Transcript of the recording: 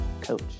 coach